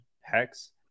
Hex